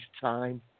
time